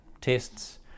tests